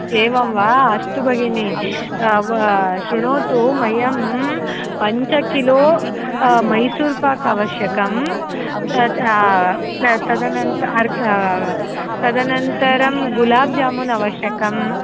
एवं वा अस्तु भगिनि शृणोतु मह्यं पञ्च किलो मैसूर्पााक् अवश्यकं तदनन्तरं तदनन्तरं गुलाब् जामून् अवश्यकम्